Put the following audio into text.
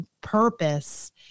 purpose